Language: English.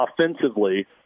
offensively